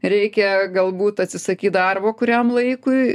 reikia galbūt atsisakyt darbo kuriam laikui